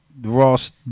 Ross